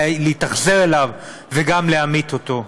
להתאכזר אליו וגם להמית אותו.